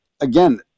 again